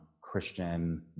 Christian